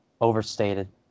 overstated